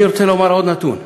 אני רוצה לומר עוד נתון,